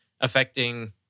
affecting